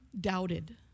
doubted